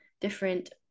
different